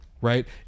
right